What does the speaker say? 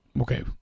Okay